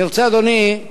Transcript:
אני רוצה, אדוני,